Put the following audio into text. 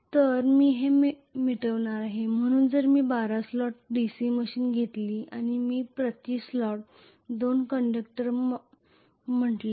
तर मी हे मिटवणार आहे म्हणून जर मी 12 स्लॉट DC मशीन घेतली आणि मी प्रति स्लॉट 2 कंडक्टर म्हटणार आहे